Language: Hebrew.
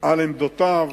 על עמדותיו,